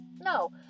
No